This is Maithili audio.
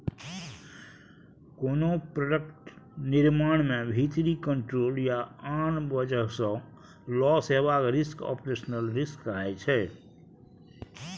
कोनो प्रोडक्ट निर्माण मे भीतरी कंट्रोल या आन बजह सँ लौस हेबाक रिस्क आपरेशनल रिस्क कहाइ छै